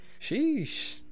sheesh